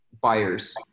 Buyers